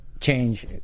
change